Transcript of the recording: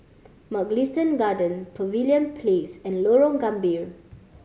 Mugliston Garden Pavilion Place and Lorong Gambir